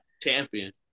Champion